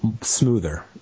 smoother